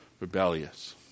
rebellious